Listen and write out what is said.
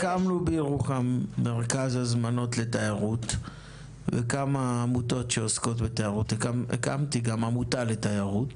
הקמנו בירוחם מרכז הזמנות לתיירות והקמתי עמותה לתיירות,